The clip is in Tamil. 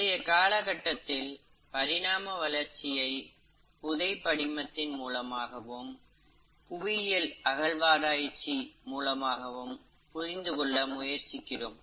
இன்றைய காலகட்டத்தில் பரிணாம வளர்ச்சியை புதை படிமத்தின் மூலமாகவும் புவியியல் அகழ்வாராய்ச்சி மூலமாகவும் புரிந்து கொள்ள முயற்சிக்கிறோம்